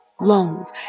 loans